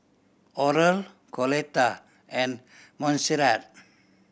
Oral Coletta and Monserrat